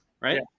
right